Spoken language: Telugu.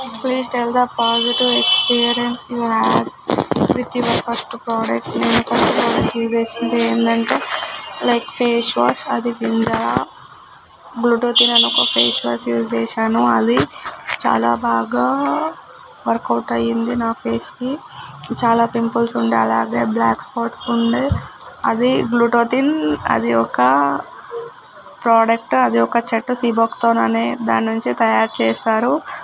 please tell the positive experience you had with your first product నేను ఫస్ట్ ప్రోడక్ట్ యూస్ చేసింది ఏంటంటే లైక్ ఫేస్ వాష్ అది వింజరా గ్లూటాతయాన్ అని ఒక ఫేస్ వాష్ యూస్ చేశాను అది చాలా బాగా వర్కౌట్ అయ్యింది నా ఫేస్కి చాలా పింపుల్స్ ఉండే అలాగే బ్లాక్ స్పాట్స్ ఉండే అది గ్లూటాతయాన్ అది ఒక ప్రోడక్ట్ అది ఒక చెట్టు సీబక్తాన్ అనే దాని నుంచి తయారు చేస్తారు